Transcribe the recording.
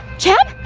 chad?